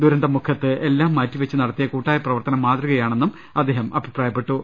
ദുരന്ത മുഖത്ത് എല്ലാം മാറ്റിവെച്ച് നട ത്തിയ കൂട്ടായ പ്രവർത്തനം മാതൃകയാണെന്നും അദ്ദേഹം അഭിപ്രായപ്പെ ട്ടു